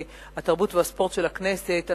התרבות והספורט של הכנסת,